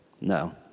No